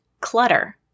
clutter